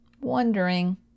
Wondering